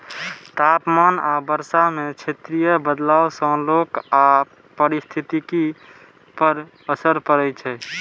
तापमान आ वर्षा मे क्षेत्रीय बदलाव सं लोक आ पारिस्थितिकी पर असर पड़ै छै